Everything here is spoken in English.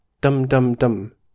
dum-dum-dum